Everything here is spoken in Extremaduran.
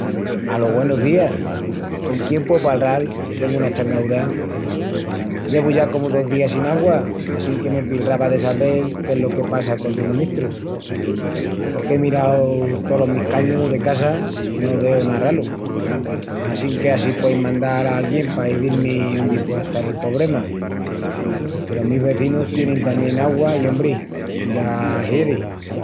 Alos gúenus días! Con quién pueu palral, que tengu una eschangaúra? Llevu ya comu dos días sin augua, assinque me pilrava de sabel qu'es lo que passa col suministru. Porque ei mirau tolos mis cañus de casa i no veu ná ralu. Assinque á si puein mandal alguién pa izil-mi óndi puei estal el pobrema. Que los mis vezinus tienin tamién augua i, ombri, ya hiedi.